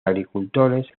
agricultores